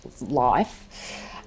life